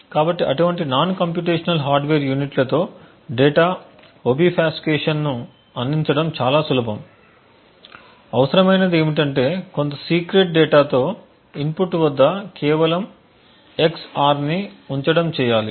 కాబట్టి అటువంటి non computational hardware యూనిట్లతో డేటా ఒబిఫాస్కేషన్ ను అందించడం చాలా సులభం అవసరమైనది ఏమిటంటే కొంత సీక్రెట్ డేటా తో ఇన్పుట్ వద్ద కేవలం EX OR ని ఉంచడం చేయాలి